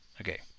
Okay